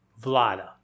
Vlada